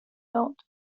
built